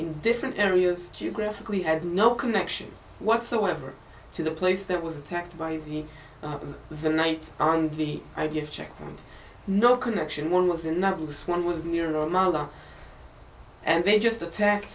in different areas geographically have no connection whatsoever to the place that was attacked by in the night around the idea of checking no connection one was enough because one was near a mother and they just attack